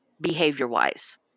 behavior-wise